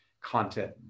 content